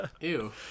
Ew